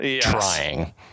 trying